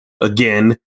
again